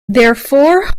therefore